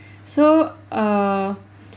so err